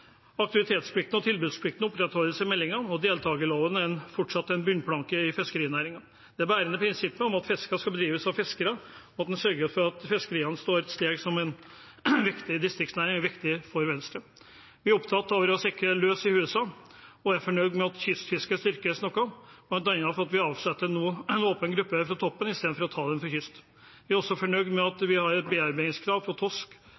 og tilbudsplikt opprettholdes i meldingen, og deltakerloven er fortsatt en bunnplanke i fiskerinæringen. Det bærende prinsippet om at fiske skal bedrives av fiskere, og at en sørger for at fiskeriene er en viktig distriktsnæring, er viktig for Venstre. Vi er opptatt av å sikre lys i husene og er fornøyd med at kystfisket styrkes noe, bl.a. avsetter vi nå åpen gruppe fra toppen i stedet for å ta den fra kyst. Vi er også fornøyd med at bearbeidingskravet for